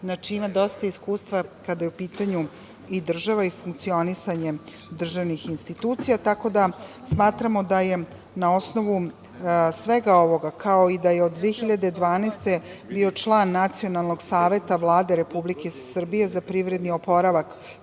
tome, ima dosta iskustva kada je u pitanju država i funkcionisanje državnih institucija, tako da smatramo da je na osnovu svega ovoga, kao i da je od 2012. godine bio član Nacionalnog saveta Vlade Republike Srbije za privredni oporavak